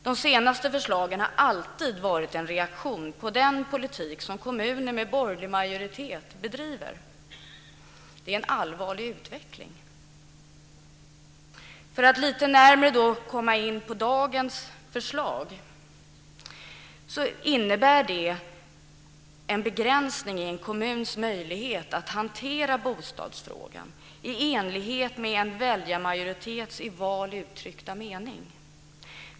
De senast framförda förslagen har alltid varit en reaktion på den politik som kommuner med borgerlig majoritet bedriver. Det är en allvarlig utveckling. För att komma in lite närmare på dagens förslag vill jag säga att det innebär en begränsning i en kommuns möjlighet att hantera bostadsfrågan i enlighet med en väljarmajoritets i val uttryckta mening.